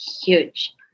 huge